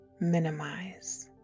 minimize